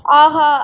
ஆஹா